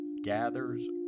gathers